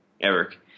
Eric